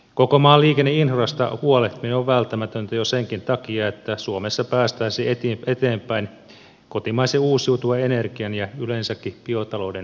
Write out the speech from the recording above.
koko maan liikenneinfrasta huolehtiminen on välttämätöntä jo senkin takia että suomessa päästäisiin eteenpäin kotimaisen uusiutuvan energian ja yleensäkin biotalouden hyödyntämisessä